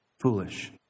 foolish